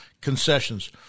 concessions